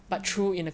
mmhmm